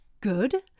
good